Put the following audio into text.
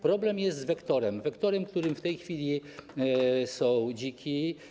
Problem jest z wektorem, wektorem, którym w tej chwili są dziki.